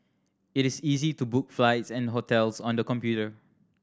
it is easy to book flights and hotels on the computer